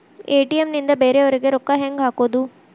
ATM ನಿಂದ ಬೇರೆಯವರಿಗೆ ರೊಕ್ಕ ಹೆಂಗ್ ಹಾಕೋದು?